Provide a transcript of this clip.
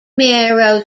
marrow